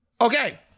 Okay